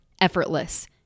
effortless